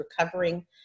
recovering